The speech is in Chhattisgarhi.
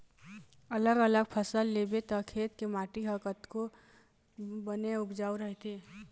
अलग अलग फसल लेबे त खेत के माटी ह तको बने उपजऊ रहिथे